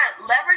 leverage